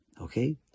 Okay